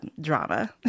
drama